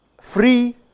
Free